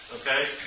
okay